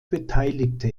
beteiligte